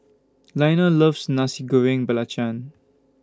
Leonel loves Nasi Goreng Belacan